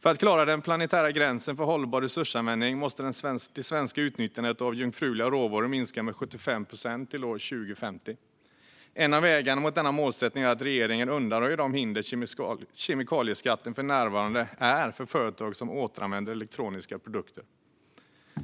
För att klara den planetära gränsen för hållbar resursanvändning måste det svenska utnyttjandet av jungfruliga råvaror minska med 75 procent till 2050. En av vägarna till denna målsättning är att regeringen undanröjer de hinder kemikalieskatten för närvarande är för företag som återanvänder elektroniska produkter.